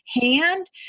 hand